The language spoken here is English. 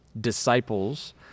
disciples